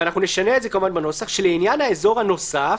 ונשנה את זה בנוסח, שלעניין האזור הנוסף